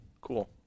cool